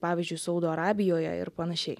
pavyzdžiui saudo arabijoje ir panašiai